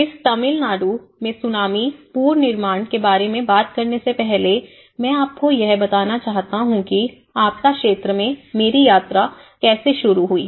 इस तमिलनाडु में सुनामी पुनर्निर्माण के बारे में बात करने से पहले मैं आपको यह बताना चाहता हूं कि आपदा क्षेत्र में मेरी यात्रा कैसे शुरू हुई